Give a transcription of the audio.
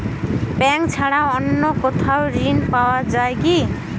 Bank ছাড়া অন্য কোথাও ঋণ পাওয়া যায় কি?